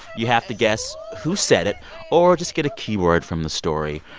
you have to guess who said it or just get a keyword from the story.